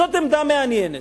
זו עמדה מעניינת.